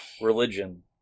religion